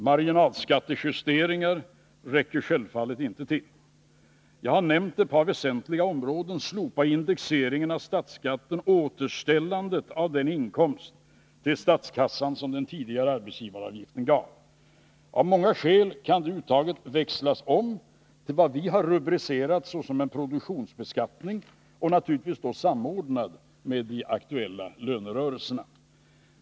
Marginalskattejusteringar räcker självfallet inte till. Jag har nämnt ett par väsentliga områden — ett slopande av indexeringen av statsskatten och ett återställande av den inkomst till statskassan som den tidigare arbetsgivaravgiften gav. Av många skäl kan det uttaget växlas om till vad vi har rubricerat som en produktionsbeskattning, naturligtvis samordnad med de aktuella lönerörelserna.